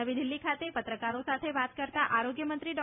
નવી દીલ્લી ખાતે પત્રકારો સાથે વાત કરતાં આરોગ્યમંત્રી ડૉ